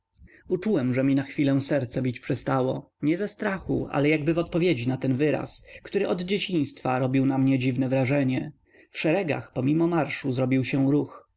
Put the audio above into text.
uczułem że mi na chwilę serce bić przestało nie ze strachu ale jakby w odpowiedzi na ten wyraz który od dzieciństwa robił na mnie dziwne wrażenie w szeregach pomimo marszu zrobił się ruch